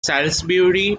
salisbury